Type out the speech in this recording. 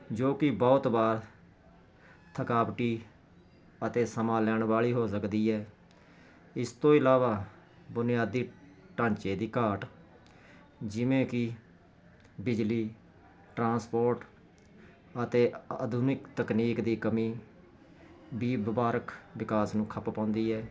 ਜੋ ਕਿ ਬਹੁਤ ਵਾਰ ਥਕਾਵਟੀ ਅਤੇ ਸਮਾਂ ਲੈਣ ਵਾਲੀ ਹੋ ਸਕਦੀ ਹੈ ਇਸ ਤੋਂ ਇਲਾਵਾ ਬੁਨਿਆਦੀ ਢਾਂਚੇ ਦੀ ਘਾਟ ਜਿਵੇਂ ਕਿ ਬਿਜਲੀ ਟ੍ਰਾਂਸਪੋਟ ਅਤੇ ਆਧੁਨਿਕ ਤਕਨੀਕ ਦੀ ਕਮੀ ਵੀ ਵਪਾਰਕ ਵਿਕਾਸ ਨੂੰ ਖੱਪ ਪਾਉਂਦੀ ਹੈ